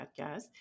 podcast